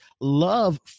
love